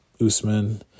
usman